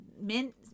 mint